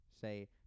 say